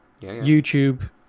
YouTube